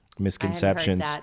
misconceptions